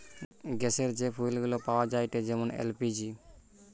গ্যাসের যে ফুয়েল গুলা পাওয়া যায়েটে যেমন এল.পি.জি